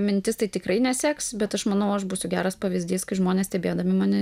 mintis tai tikrai neseks bet aš manau aš būsiu geras pavyzdys kai žmonės stebėdami mane